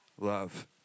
love